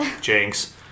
jinx